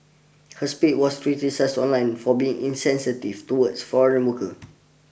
her speed was criticised online for being insensitive towards foreign workers